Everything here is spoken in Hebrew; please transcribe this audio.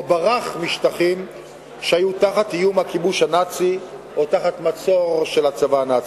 או ברח משטחים שהיו תחת איום הכיבוש הנאצי או תחת מצור של הצבא הנאצי.